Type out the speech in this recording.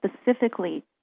specifically